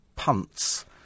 punts